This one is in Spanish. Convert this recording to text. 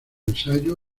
ensayo